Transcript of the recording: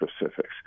specifics